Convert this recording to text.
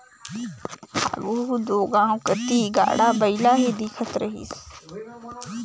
आघु दो गाँव कती गाड़ा बइला ही दिखत रहिस